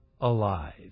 alive